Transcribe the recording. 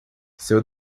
seu